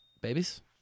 babies